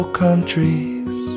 countries